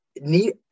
need